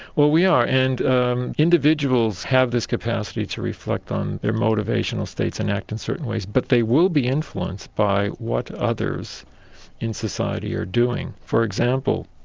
well we are. and individuals have this capacity to reflect on their motivational states and act in certain ways, but they will be influenced by what others in society are doing. for example,